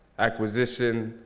acquisition,